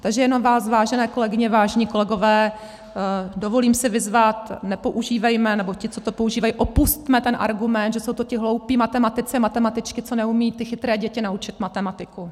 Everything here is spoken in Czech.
Takže jenom si vás, vážené kolegyně, vážení kolegové, dovolím vyzvat, nepoužívejme, nebo ti, co to používají, opusťme ten argument, že jsou to ti hloupí matematici a matematičky, co neumí ty chytré děti naučit matematiku.